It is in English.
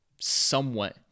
somewhat